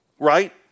right